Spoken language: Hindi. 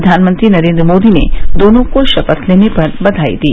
प्रधानमंत्री नरेन्द्र मोदी ने दोनों को शपथलेने पर बधाई दी